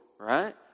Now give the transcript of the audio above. right